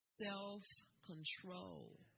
self-control